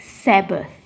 Sabbath